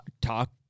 talk